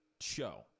show